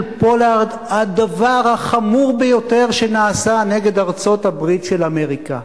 פולארד הדבר החמור ביותר שנעשה נגד ארצות-הברית של אמריקה.